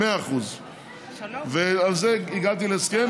100%. על זה הגעתי להסכם.